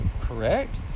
correct